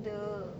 the